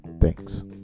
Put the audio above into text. Thanks